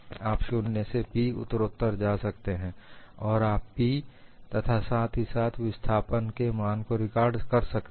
आप 0 से P तक उत्तरोत्तर जा सकते हैं और आप P तथा साथ ही साथ विस्थापन के मान को रिकॉर्ड कर सकते हैं